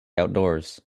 outdoors